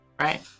Right